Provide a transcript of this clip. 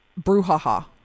brouhaha